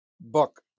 book